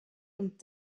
und